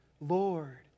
Lord